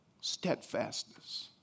steadfastness